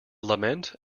lament